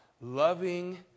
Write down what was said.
Loving